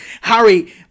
Harry